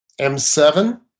M7